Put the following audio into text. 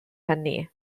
hynny